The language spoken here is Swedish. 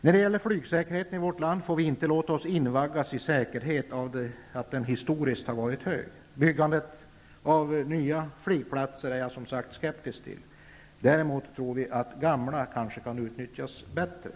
När det gäller flygsäkerheten i vårt land får vi inte låta oss invaggas i säkerhet av att den historiskt har varit hög. Byggandet av nya flygplatser är vi skeptiska till. Däremot kan gamla kanske utnyttjas bättre.